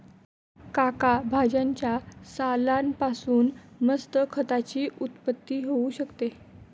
काका भाज्यांच्या सालान पासून मस्त खताची उत्पत्ती होऊ शकते